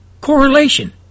correlation